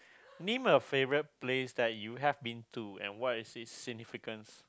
name a favorite place that you have been to and what is it's significance